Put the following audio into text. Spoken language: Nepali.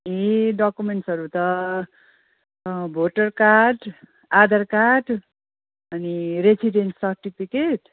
ए डकुमेन्ट्सहरू त भोटर कार्ड आधार कार्ड अनि रेसिडेन्स सर्टिफिकेट